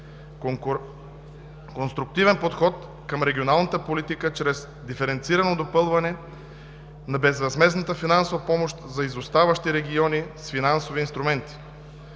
конструктивен подход към регионалната политика чрез диференцирано допълване на безвъзмездната финансова помощ за изоставащите региони с финансови инструменти;